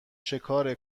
شکار